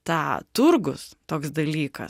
tą turgus toks dalykas